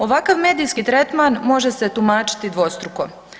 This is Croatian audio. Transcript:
Ovakav medijski tretman može se tumačiti dvostruko.